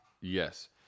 Yes